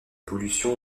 pollutions